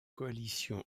coalition